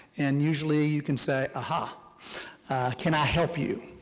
and usually you can say, ah-ha, can i help you?